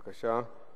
בבקשה.